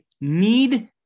Need